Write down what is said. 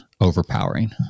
overpowering